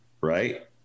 right